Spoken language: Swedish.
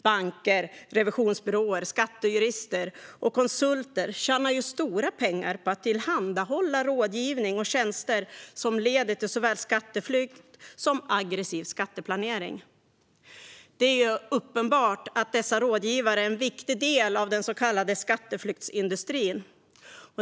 Banker, revisionsbyråer, skattejurister och konsulter tjänar ju stora pengar på att tillhandahålla rådgivning och tjänster som leder till såväl skatteflykt som aggressiv skatteplanering. Det är uppenbart att dessa rådgivare är en viktig del av den så kallade skatteflyktsindustrin.